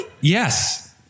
Yes